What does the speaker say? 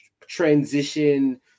transition